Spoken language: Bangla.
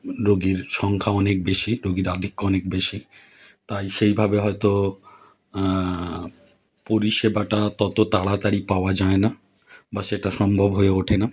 রোগীর সংখ্যা অনেক বেশি রোগীর আধিক্য অনেক বেশি তাই সেইভাবে হয়তো পরিষেবাটা তত তাড়াতাড়ি পাওয়া যায় না বা সেটা সম্ভব হয়ে ওঠে না